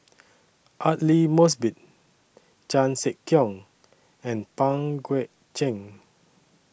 Aidli Mosbit Chan Sek Keong and Pang Guek Cheng